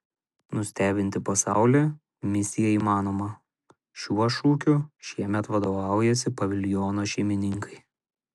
nustebinti pasaulį misija įmanoma šiuo šūkiu šiemet vadovaujasi paviljono šeimininkai